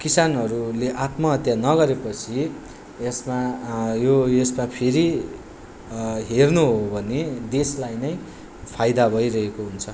किसानहरूले आत्महत्या नगरेपछि यसमा यो यसमा फेरि हेर्नु हो भने देशलाई नै फाइदा भइरहेको हुन्छ